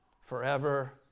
forever